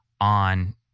on